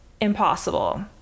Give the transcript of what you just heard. impossible